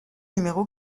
numéro